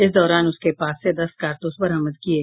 इस दौरान उसके पास से दस कारतूस बरामद किये